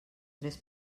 tres